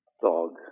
dog